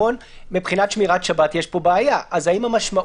אבל כמובן שמשרד הבריאות יוביל את זה יחד עם הייעוץ המשפטי